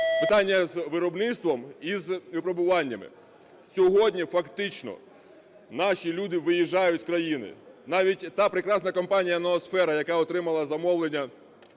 Питання з виробництвом і з випробуваннями. Сьогодні фактично наші люди виїжджають з країни. Навіть та прекрасна компанія "Ноосфера", яка отримала замовлення